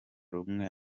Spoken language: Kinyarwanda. rumwe